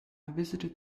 visited